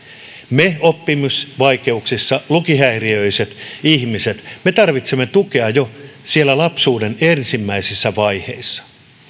me jotka olemme oppimisvaikeuksissa lukihäiriöiset ihmiset tarvitsemme tukea jo siellä lapsuuden ensimmäisissä vaiheissa